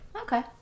Okay